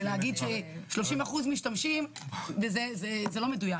להגיד ששלושים אחוז משתמשים זה לא מדויק.